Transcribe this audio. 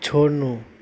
छोड्नु